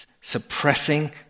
suppressing